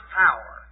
power